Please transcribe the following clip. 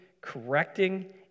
correcting